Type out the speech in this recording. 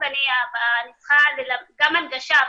גם הנגשה,